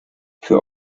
für